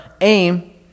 aim